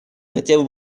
хотел